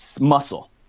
muscle